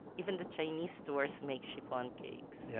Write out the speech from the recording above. even the chinese stores make chiffon cakes. yeah